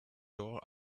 door